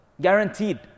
Guaranteed